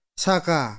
saka